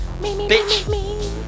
Bitch